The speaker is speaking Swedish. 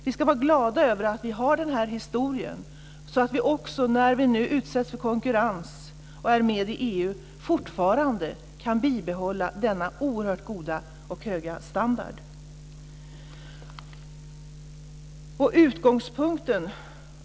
Vi ska vara glada över att vi har den här historien, så att vi, när vi nu utsätts för konkurrens och är med i EU, kan bibehålla denna oerhört goda och höga standard.